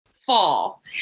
fall